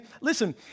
listen